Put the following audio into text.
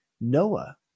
Noah